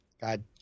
God